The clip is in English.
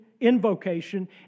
invocation